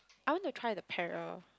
I want to try the para